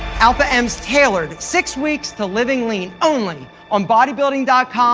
alpha m's tailored, six weeks to living lean, only on bodybuilding dot com